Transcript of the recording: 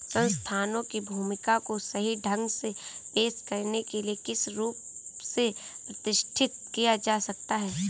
संस्थानों की भूमिका को सही ढंग से पेश करने के लिए किस रूप से प्रतिष्ठित किया जा सकता है?